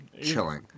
Chilling